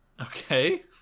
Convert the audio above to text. okay